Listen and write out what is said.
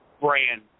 brand